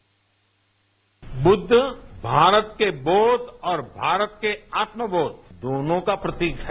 bite Buddha Bharat के बोध और भारत के आत्म बोध दोनों का प्रतीक है